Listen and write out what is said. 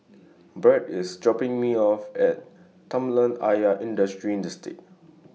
Brad IS dropping Me off At Kolam Ayer Industrial Estate